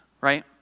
right